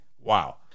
wow